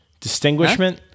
Distinguishment